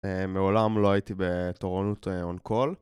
מעולם לא הייתי בתורנות אונקול